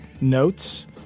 notes